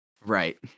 Right